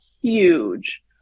huge